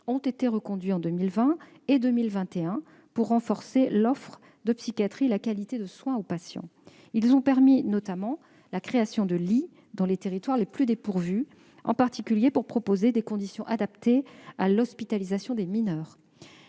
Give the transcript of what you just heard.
ont été reconduits en 2020 et en 2021 afin de renforcer l'offre de psychiatrie et la qualité des soins aux patients. Ils ont permis, notamment, la création de lits dans les territoires les plus dépourvus, en particulier pour proposer des conditions adaptées à l'hospitalisation des mineurs.